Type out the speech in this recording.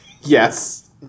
Yes